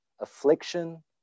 affliction